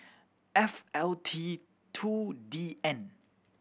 F L T two D N